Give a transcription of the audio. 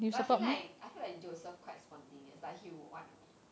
but I feel like I feel like joseph quite spontaneous like he would wanna meet